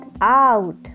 out